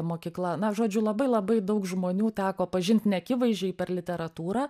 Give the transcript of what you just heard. mokykla na žodžiu labai labai daug žmonių teko pažint neakivaizdžiai per literatūrą